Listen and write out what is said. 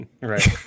Right